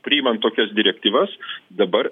priimant tokias direktyvas dabar